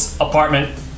apartment